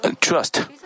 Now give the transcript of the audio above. trust